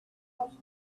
else